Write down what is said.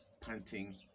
panting